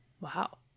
Wow